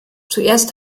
zuerst